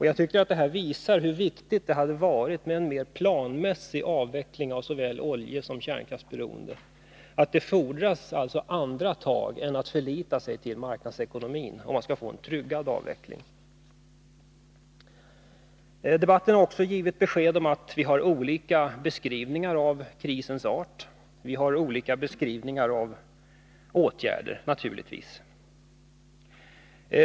Jag tycker att detta visar hur viktigt det hade varit med en mer planmässig avveckling av såväl oljesom kärnkraftsberoendet, och att det fordras andra tag än att förlita sig till marknadsekonomin om man skall få en tryggad avveckling. Debatten har också givit besked om att vi har olika beskrivningar av krisens art liksom naturligtvis av åtgärder att sätta in mot den.